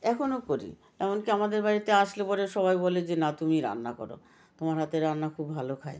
এখনও করি এমনকী আমাদের বাড়িতে আসলে পরে সবাই বলে যে না তুমিই রান্না করো তোমার হাতের রান্না খুব ভালো খাই